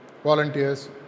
Volunteers